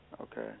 okay